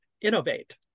innovate